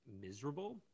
miserable